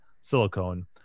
silicone